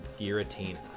Giratina